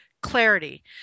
clarity